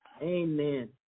Amen